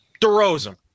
DeRozan